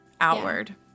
outward